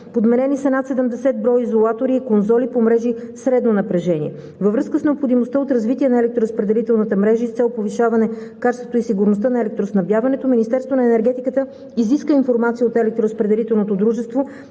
Подменени са над 70 броя изолатори и конзоли по мрежи средно напрежение. Във връзка с необходимостта от развитие на електроразпределителната мрежа и с цел повишаване качеството и сигурността на електроснабдяването Министерството на енергетиката изиска информация от